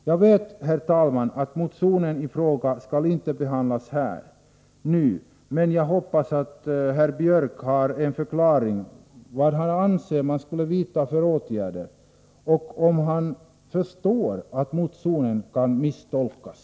Jag vet, herr talman, att motionen i fråga inte skall behandlas här nu, men jag hoppas att herr Biörck kan ge en förklaring och att han kan tala om vad han anser att man skall vidta för åtgärder, och jag hoppas att han förstår att motionen kan misstolkas.